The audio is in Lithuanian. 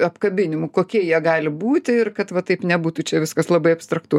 apkabinimų kokie jie gali būti ir kad va taip nebūtų čia viskas labai abstraktu